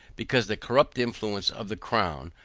because the corrupt influence of the crown,